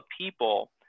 people